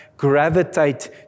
gravitate